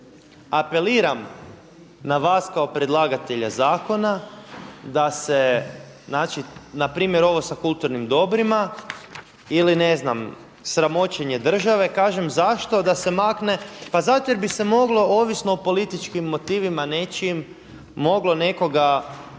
apeliram na vas kao predlagatelja zakona da se znači na primjeru ovog sa kulturnim dobrima ili ne znam sramoćenje države kažem zašto da se makne pa zato jer bi se moglo ovisno o političkim motivima nečijim moglo nekoga